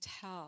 tell